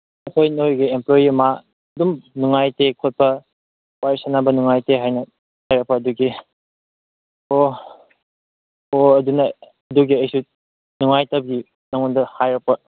ꯍꯣꯏ ꯅꯣꯏꯒꯤ ꯑꯦꯝꯄ꯭ꯂꯣꯌꯤ ꯑꯃ ꯑꯗꯨꯝ ꯅꯨꯡꯉꯥꯏꯇꯦ ꯈꯣꯠꯄ ꯋꯥꯔꯤ ꯁꯥꯟꯅꯕ ꯅꯨꯡꯉꯥꯏꯇꯦ ꯍꯥꯏꯅ ꯍꯥꯏꯔꯛꯄ ꯑꯗꯨꯒꯤ ꯍꯣ ꯍꯣ ꯑꯗꯨꯅ ꯑꯗꯨꯒꯤ ꯑꯩꯁꯨ ꯅꯨꯡꯉꯥꯏꯇꯕꯒꯤ ꯅꯪꯉꯣꯟꯗ ꯍꯥꯏꯔꯛꯄ